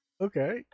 Okay